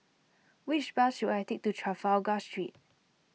which bus should I take to Trafalgar Street